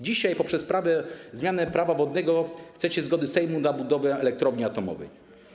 Dzisiaj poprzez zmianę Prawa wodnego chcecie zgody Sejmu na budowę elektrowni atomowej.